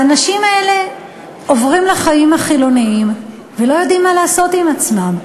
והאנשים האלה עוברים לחיים החילוניים ולא יודעים מה לעשות עם עצמם.